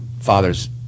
father's